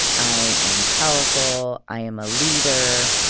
i am powerful, i am a leader.